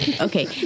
Okay